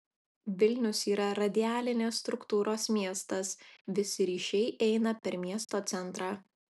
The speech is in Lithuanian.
vilnius yra radialinės struktūros miestas visi ryšiai eina per miesto centrą